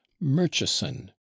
murchison